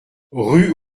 rue